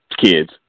kids